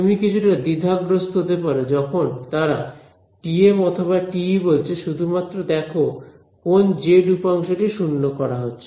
তুমি কিছুটা দ্বিধাগ্রস্ত হতে পারো যখন তারা TM অথবা TE বলছে শুধুমাত্র দেখো কোন জেড উপাংশ টি শূন্য করা হচ্ছে